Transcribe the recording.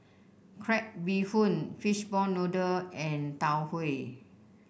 Crab Bee Hoon Fishball Noodle and Tau Huay